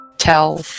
Tell